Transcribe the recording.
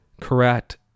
correct